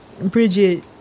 Bridget